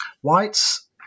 Whites